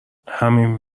همین